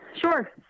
Sure